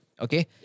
okay